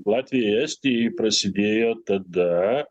latvijai estijai prasidėjo tada